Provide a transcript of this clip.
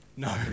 No